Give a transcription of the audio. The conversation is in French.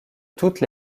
toutes